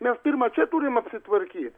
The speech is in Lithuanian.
mes pirma čia turim apsitvarkyt